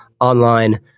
online